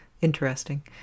interesting